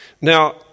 Now